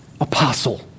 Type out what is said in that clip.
Apostle